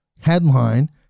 Headline